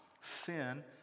sin